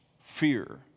fear